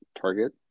target